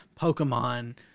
Pokemon